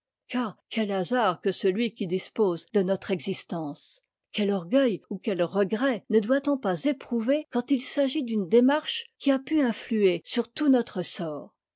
car quel hasard que celui qui dispose de notre existence quel orgueil ou quel regret ne doit-on pas éprouver quand il s'agit d'une démarche qui a pu influer sur tout notre sort